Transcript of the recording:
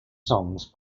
songs